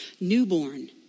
newborn